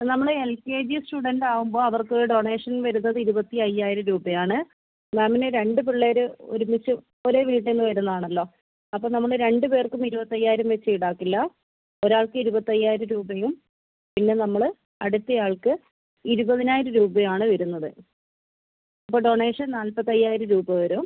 നമ്മള് L K G student ആകുമ്പോൾ അവർക്ക് ഡോനേഷൻ വരുന്നത് ഇരുപത്തി അയ്യായിരം രൂപയാണ് മാമിന് രണ്ട് പിള്ളേര് ഒരുമിച്ച് ഒരേ വീട്ടിൽ നിന്ന് വരുന്നതാണല്ലോ അപ്പോൾ നമ്മള് രണ്ടുപേർക്കും ഇരുപത്തയ്യായിരം വച്ച് ഈടാക്കില്ല ഒരാൾക്ക് ഇരുപത്തയ്യായിരം രൂപയും പിന്നെ നമ്മൾ അടുത്തയാൾക്ക് ഇരുപതിനായിരം രൂപയുമാണ് വരുന്നത് അപ്പോൾ ഡോനേഷൻ നാല്പത്തി അയ്യായിരം രൂപ വരും